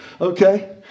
Okay